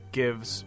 gives